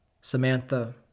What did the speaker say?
Samantha